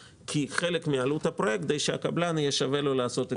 כחלק מעלות הפרויקט כדי שיהיה שווה לקבלן לעשות התחדשות.